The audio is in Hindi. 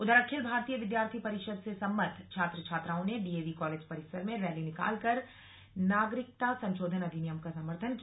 उधर अखिल भारतीय विद्यार्थी परिषद से संबद्ध छात्र छात्राओं ने डीएवी कॉलेज परिसर में रैली निकालकर नागरिकता संशोधन अधिनियम का समर्थन किया